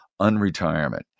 unretirement